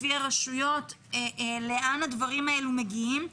לפי רשויות, לאן הדברים האלה מגיעים?